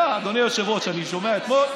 אדוני היושב-ראש, אני שומע אתמול,